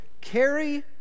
carry